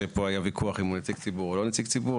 שפה היה ויכוח אם הוא נציג ציבור או לא נציג ציבור,